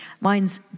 Mine's